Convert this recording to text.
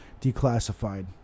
declassified